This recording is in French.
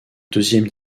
deuxième